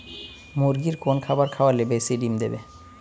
মুরগির কোন খাবার খাওয়ালে বেশি ডিম দেবে?